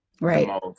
Right